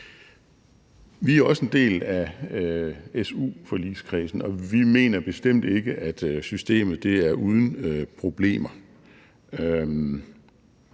Vi er også en del af su-forligskredsen, og vi mener bestemt ikke, at systemet er uden problemer.